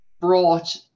brought